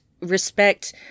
respect